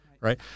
right